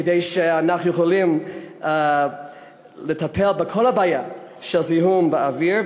כדי שנוכל לטפל בכל הבעיות של זיהום האוויר.